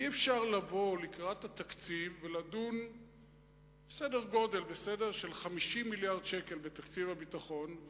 אי-אפשר לבוא לקראת התקציב ולדון בכ-50 מיליארד שקל בתקציב הביטחון,